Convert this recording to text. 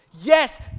Yes